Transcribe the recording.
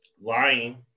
lying